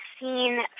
seen